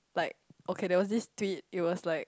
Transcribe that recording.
like okay there was this tweet it was like